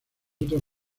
otras